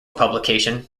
publication